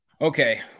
Okay